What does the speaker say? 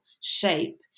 shape